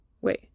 wait